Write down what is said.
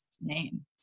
name